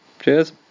Cheers